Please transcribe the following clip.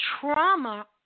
trauma